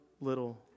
little